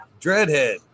Dreadhead